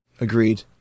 Agreed